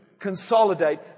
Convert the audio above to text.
consolidate